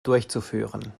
durchzuführen